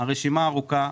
הרשימה ארוכה.